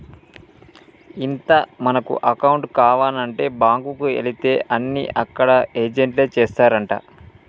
ఇంత మనకు అకౌంట్ కావానంటే బాంకుకు ఎలితే అన్ని అక్కడ ఏజెంట్లే చేస్తారంటా